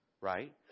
Right